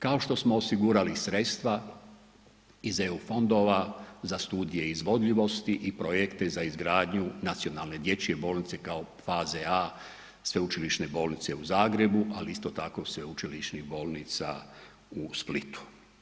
Kao što smo osigurali sredstva iz EU fondova za studije izvodljivosti i projekte za izgradnju nacionalne dječje bolnice kao faze A Sveučilišne bolnice u Zagrebu, ali isto tako Sveučilišnih bolnica u Splitu.